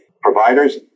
providers